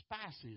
spices